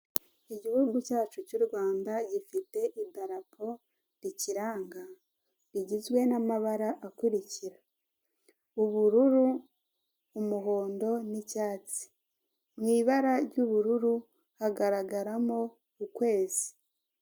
Igihugu cyacu cy'u Rwanda gifite idarapo rikiranga rigizwe n'amabara akurikira; ubururu, umuhondo n'icyatsi. Mu ibara ry'ubururu hagaragaramo ukwezi.